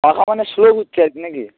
পাখা মানে স্লো ঘুরছে নাকি